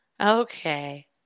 Okay